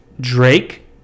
Drake